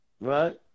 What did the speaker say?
Right